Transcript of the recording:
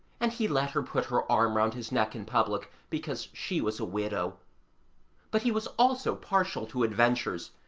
and he let her put her arm round his neck in public because she was a widow but he was also partial to adventures,